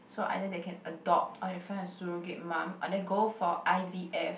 so either they can adopt or they find a surrogate mum and then go for i_v_f